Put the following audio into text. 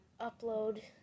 upload